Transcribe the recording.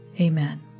Amen